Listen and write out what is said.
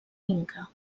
inca